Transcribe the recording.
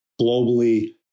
globally